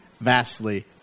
vastly